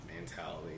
mentality